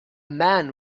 man